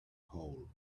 hole